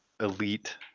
elite